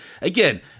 again